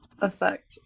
effect